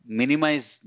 minimize